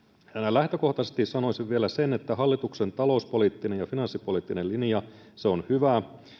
lähtökohtaisesti sanoisin vielä sen että hallituksen talouspoliittinen ja finanssipoliittinen linja on hyvä